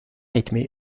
rythmé